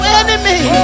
enemy